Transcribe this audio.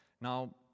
Now